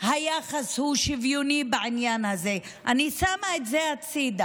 היחס שוויוני בעניין הזה, אני שמה את זה בצד,